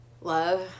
love